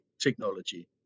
technology